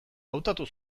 hautatu